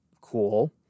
Cool